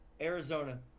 Arizona